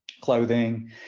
clothing